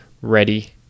ready